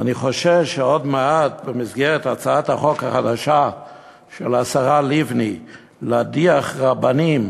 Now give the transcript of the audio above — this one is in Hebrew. ואני חושש שעוד מעט במסגרת הצעת החוק החדשה של השרה לבני להדיח רבנים